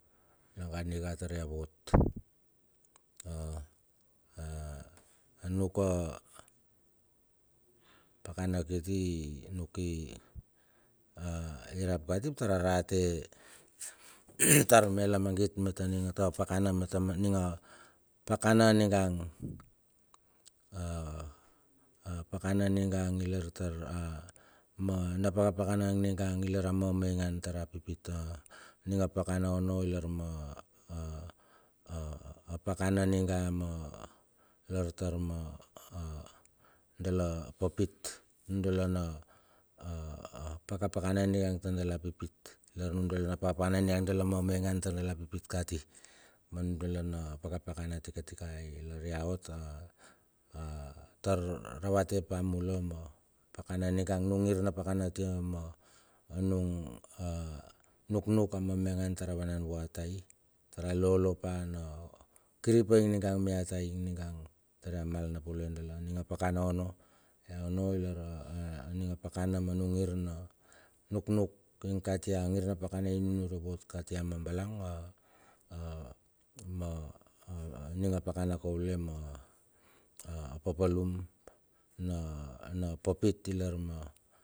Nagandi ka tar ia vot a a anuk a pakana kiti nuk i a irap kati ap tar a rate tar mia lamagit me ta ning ka pakana, me ta a ning a pakana ningang a a a pakana ningang lar tar a ma na pakapakana ningang ilar a mamaingan tar a pipit. A ning a pakana ona ilar ma pakana niga ma i lar tar ma a a dala papit a nudala na a a pakapakana ningang ta dala pipit, lar nudala na pakapakana dala mama ingan tar dala pitpit kati ma nudala na pakapakana tikatikai. Ilar ya hot a a tar raravate pa mula, ma pakana niga nung ngir na pakana atia ma a nung a nuknuk a mamaingan tar vanan vua tai. Tar a lolopa na kiripa ningang mia tia ningang tar ya mal na poloi dala. Ning a pakana onno ya onno i lar a ning a pakana ma hung ngir na nuknuk ing katia ngir na pakana i nunure vot katia ma batang a a ma ning a pakana kaule ma a a papalum na papit ilar ma.